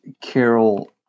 Carol